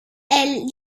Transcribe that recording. elle